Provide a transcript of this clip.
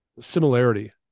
similarity